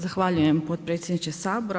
Zahvaljujem potpredsjedniče Sabora.